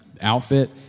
outfit